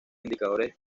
indicadores